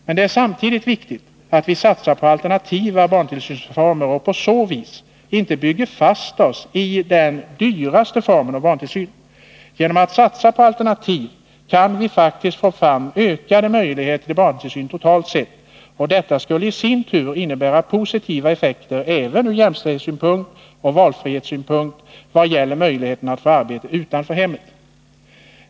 Men samtidigt är det viktigt att vi satsar på alternativa barntillsynsformer och att vi på så vis inte bygger oss fast i den dyraste formen av barntillsyn. Genom att satsa på alternativ kan vi faktiskt få fram ökade möjligheter till barntillsyn totalt sett, och detta skulle i sin tur innebära positiva effekter även ur jämställdhetssynpunkt och valfrihetssynpunkt vad gäller möjligheterna att få arbete utanför hemmet.